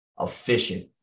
efficient